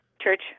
church